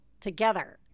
together